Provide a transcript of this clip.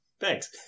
Thanks